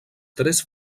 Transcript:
tres